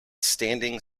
standing